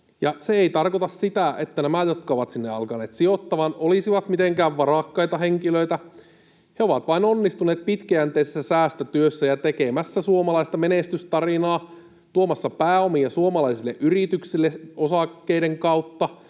se ei tarkoita sitä, että nämä, jotka ovat sinne alkaneet sijoittamaan, olisivat mitenkään varakkaita henkilöitä, he ovat vain onnistuneet pitkäjänteisessä säästötyössä ja ovat tekemässä suomalaista menestystarinaa, tuomassa pääomia suomalaisille yrityksille osakkeiden kautta